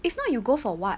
if not you go for what